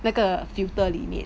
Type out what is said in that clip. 那个 filter 里面